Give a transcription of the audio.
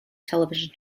television